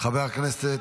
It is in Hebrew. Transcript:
חבר הכנסת,